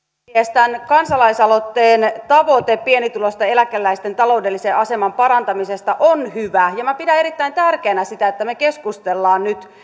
tämän kansalaisaloitteen tavoite pienituloisten eläkeläisten taloudellisen aseman parantamisesta on hyvä ja minä pidän erittäin tärkeänä sitä että me keskustelemme nyt